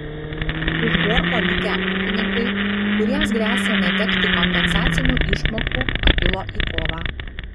už borto likę ūkininkai kuriems gresia netekti kompensacinių išmokų pakilo į kovą